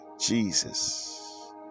Jesus